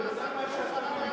אדוני השר,